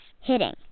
Hitting